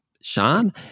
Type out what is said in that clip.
Sean